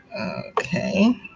okay